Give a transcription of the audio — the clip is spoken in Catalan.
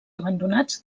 abandonats